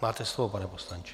Máte slovo, pane poslanče.